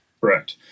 Correct